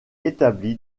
établi